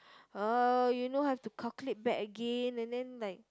uh you know have to calculate back again and then like